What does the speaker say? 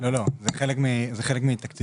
זה חלק מתקציב